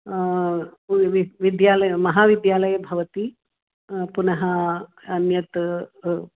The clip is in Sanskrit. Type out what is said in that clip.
वि विद्यालये महाविद्यालये भवन्ति पुनः अन्यत्